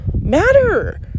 matter